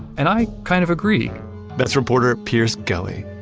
and i kind of agree that's reporter piers gelly,